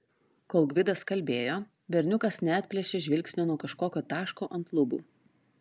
kol gvidas kalbėjo berniukas neatplėšė žvilgsnio nuo kažkokio taško ant lubų